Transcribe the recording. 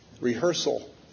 rehearsal